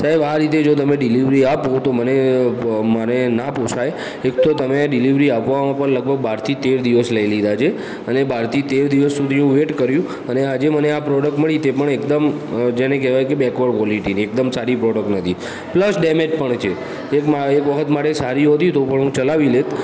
સાહેબ આ રીતે જો તમે ડિલિવરી આપો તો મને અ મને ના પોસાય એક તો તમે ડિલિવરી આપવામાં પણ લગભગ બારથી તેર દિવસ લઇ લીધા છે અને બારથી તેર દિવસ સુધી વેટ કર્યું અને આજે મને આ પ્રોડક મળી તે પણ એકદમ જેને કહેવાય કે બેકવર્ડ ક્વોલિટીની એકદમ સારી પ્રોડક્ટ નથી પ્લસ ડેમેજ પણ છે એક માર એક વખત માટે સારી હોતી તો પણ હું ચલાવી લેત